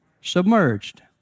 submerged